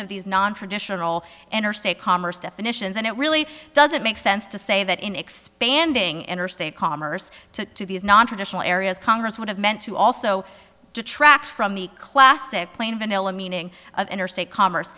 of these nontraditional interstate commerce definitions and it really doesn't make sense to say that in expanding interstate commerce to these nontraditional areas congress would have meant to also detract from the classic plain vanilla meaning of interstate co